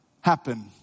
happen